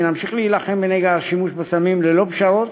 כי נמשיך להילחם בנגע השימוש בסמים ללא פשרות